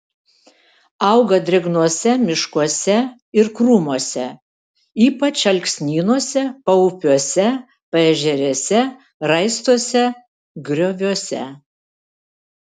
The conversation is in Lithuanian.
auga drėgnuose miškuose ir krūmuose ypač alksnynuose paupiuose paežerėse raistuose grioviuose